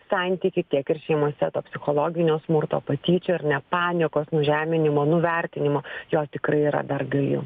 santykį tiek ir šeimose to psichologinio smurto patyčių ar ne paniekos nužeminimo nuvertinimo jo tikrai yra dar gali